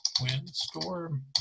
windstorm